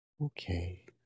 Okay